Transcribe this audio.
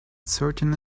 certainly